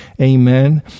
Amen